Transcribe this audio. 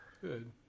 good